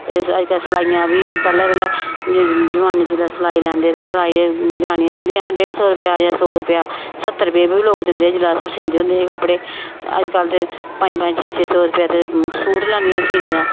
ते अज्जकल सलाइयां बी पैह्लें पैह्लें जनानी जिसलै सलाई लैंदे ही ते सलाई जनानियां दिंदियां हां डेढ सौ रपेआ जां सौ रपेआ स्हत्तर रपेऽ बी लोक दिंदे हे जिसलै अस सींदे होंदे हे कपड़े ते अज्जकल ते पंज पंज छे छे सौ रपेआ ते सूट लैंदियां सीने दा